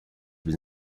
been